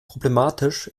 problematisch